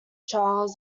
charles